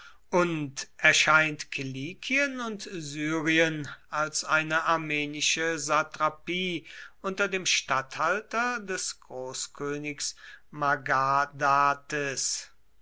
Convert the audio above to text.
und erscheint kilikien und syrien als eine armenische satrapie unter dem statthalter des großkönigs